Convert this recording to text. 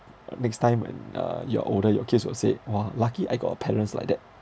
next time when uh you are older your kids would say !wah! lucky I got a parents like that